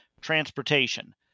transportation